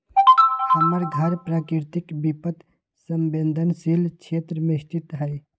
हमर घर प्राकृतिक विपत संवेदनशील क्षेत्र में स्थित हइ